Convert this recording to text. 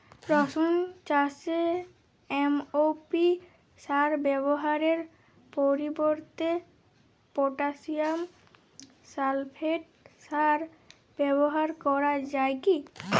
রসুন চাষে এম.ও.পি সার ব্যবহারের পরিবর্তে পটাসিয়াম সালফেট সার ব্যাবহার করা যায় কি?